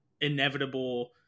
inevitable